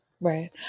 Right